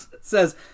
says